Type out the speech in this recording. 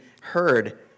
heard